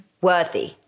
worthy